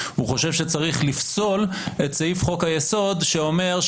הוא חושב שצריך לפסול את סעיף חוק היסוד שאומר,